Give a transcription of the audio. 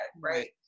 right